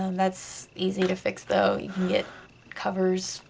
and that's easy to fix though, you can get covers